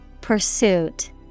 Pursuit